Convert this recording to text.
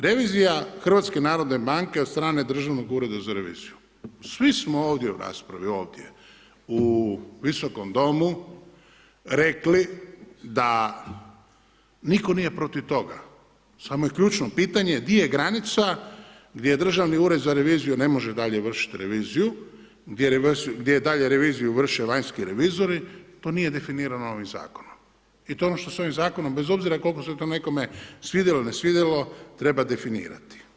Revizija HNB-a od strane Državnog ureda za reviziju, svi smo ovdje u raspravi u ovom Visokom domu rekli da niko nije protiv toga, samo je ključno pitanje gdje je granica gdje Državni ured za reviziju ne može dalje vršiti reviziju, gdje i dalje reviziju vrše vanjski revizori to nije definirano ovim zakonom i to je ono što s ovim zakonom bez obzira koliko se to nekome svidjelo ili ne svidjelo treba definirati.